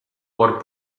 por